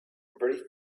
very